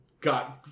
God